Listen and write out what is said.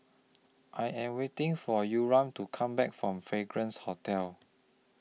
I Am waiting For Yurem to Come Back from Fragrance Hotel